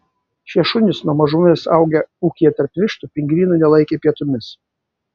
šie šunys nuo mažumės augę ūkyje tarp vištų pingvinų nelaikė pietumis